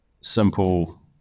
simple